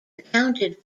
accounted